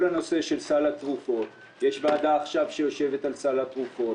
כל הנושא של סל התרופות יש עכשיו ועדה שיושבת על סל התרופות.